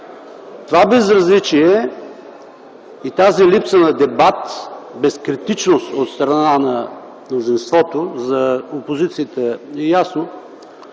Това безразличие и тази липса на дебат, безкритичност от страна на мнозинството – за опозицията е ясно,